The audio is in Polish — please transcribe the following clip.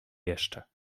jeszcze